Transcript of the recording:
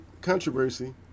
controversy